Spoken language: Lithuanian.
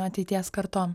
ateities kartom